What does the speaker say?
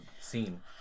scene